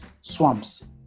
swamps